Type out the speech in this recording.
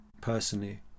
personally